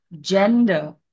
gender